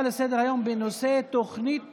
לסדר-היום בנושא: תוכנית